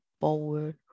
forward